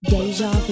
Deja